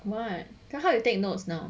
what how you take notes now